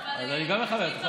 אבל הם לא טובים לחיות כאן